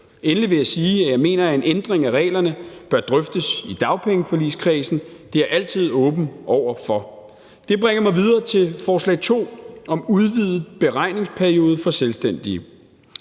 Endelig vil jeg sige, at jeg mener, at en ændring af reglerne bør drøftes i dagpengeforligskredsen; det er jeg altid åben over for. Kl. 18:59 Det bringer mig videre til forslag to om en udvidet beregningsperiode for selvstændige.